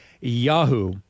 Yahoo